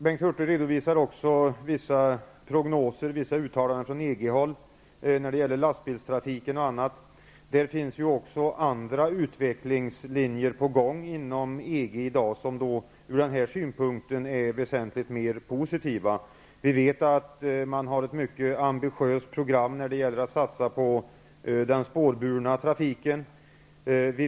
Bengt Hurtig redovisade vissa prognoser och uttalanden från EG-håll om lastbilstrafiken och annat. Det är också andra utvecklingslinjer på gång inom EG i dag, vilka är väsentligt mer positiva. Man har ett mycket ambitiöst program när det gäller att satsa på den spårburna trafiken.